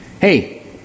Hey